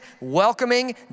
welcoming